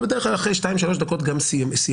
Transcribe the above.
ובדרך כלל אחרי שתיים-שלוש דקות גם סיימתי.